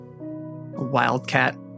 wildcat